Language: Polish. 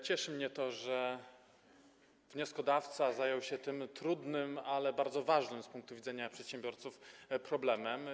Cieszy mnie to, że wnioskodawca zajął się tym trudnym, ale bardzo ważnym z punktu widzenia przedsiębiorców problemem.